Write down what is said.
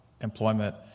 employment